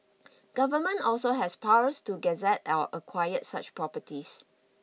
Government also has powers to gazette or acquired such properties